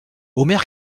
omer